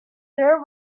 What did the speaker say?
there